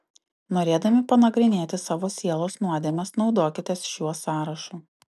norėdami panagrinėti savo sielos nuodėmes naudokitės šiuo sąrašu